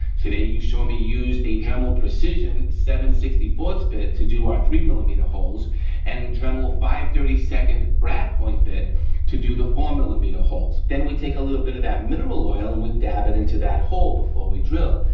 today you saw me use a dremel precision seven sixty four s bit to do our three millimeter holes and a dremel five thirty two brad point bit to do the four millimeter holes. then we take a little bit of that mineral oil and we dab it into that hole before we drill.